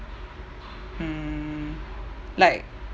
mm like